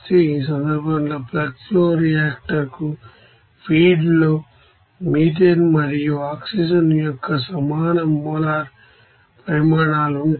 ఈ సందర్భంలో plug flow reactor కు ఫీడ్ లో మీథేన్ మరియు ఆక్సిజన్ యొక్క సమాన మోలార్ పరిమాణాలు ఉంటాయి